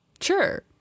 sure